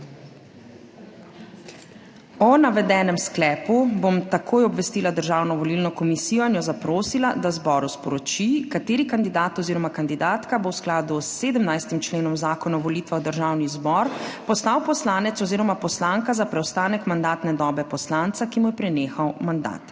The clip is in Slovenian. O navedenem sklepu bom takoj obvestila Državno volilno komisijo in jo zaprosila, da zboru sporoči, kateri kandidat oziroma kandidatka bo v skladu s 17. členom Zakona o volitvah v Državni zbor postal poslanec oziroma poslanka za preostanek mandatne dobe poslanca, ki mu je prenehal mandat.